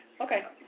Okay